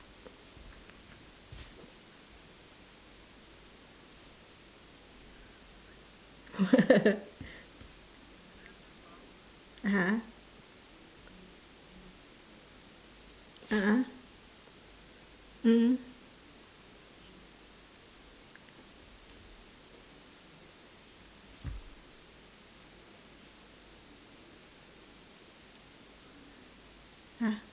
what (uh huh) a'ah mm mm